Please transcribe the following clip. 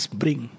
bring।